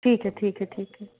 ठीक है ठीक है ठीक है